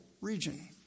region